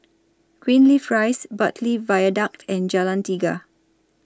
Greenleaf Rise Bartley Viaduct and Jalan Tiga